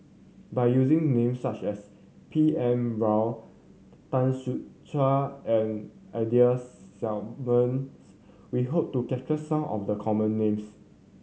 by using names such as B N Rao Tan Ser Cher and Ida Simmons we hope to capture some of the common names